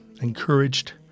encouraged